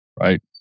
right